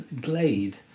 Glade